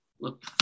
look